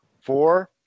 Four